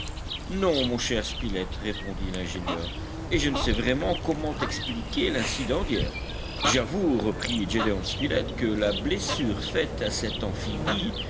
non mon cher spilett répondit l'ingénieur et je ne sais vraiment comment expliquer l'incident d'hier j'avoue reprit gédéon spilett que la blessure faite à cet amphibie